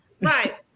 Right